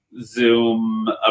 Zoom